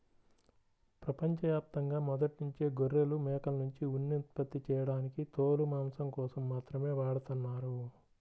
ప్రపంచ యాప్తంగా మొదట్నుంచే గొర్రెలు, మేకల్నుంచి ఉన్ని ఉత్పత్తి చేయడానికి తోలు, మాంసం కోసం మాత్రమే వాడతన్నారు